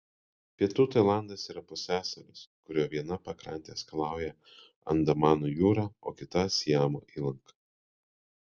pietų tailandas yra pusiasalis kurio vieną pakrantę skalauja andamanų jūra o kitą siamo įlanka